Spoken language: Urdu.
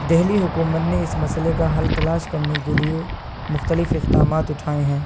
دہلی حکومت نے اس مسئلے کا حل تلاش کرنے کے لیے مختلف اقدامات اٹھائے ہیں